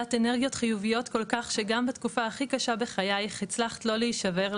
בעלת אנרגיות חיוביות כל כך שגם בתקופה הכי קשה בחייך הצלחת לא להישבר,